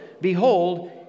behold